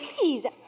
please